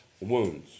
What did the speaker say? wounds